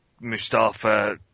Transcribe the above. Mustafa